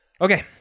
okay